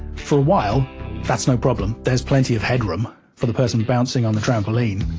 for a while that's no problem, there's plenty of headroom for the person bouncing on the trampoline,